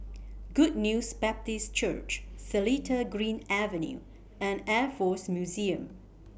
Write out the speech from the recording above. Good News Baptist Church Seletar Green Avenue and Air Force Museum